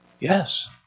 Yes